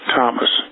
Thomas